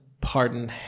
pardon